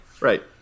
right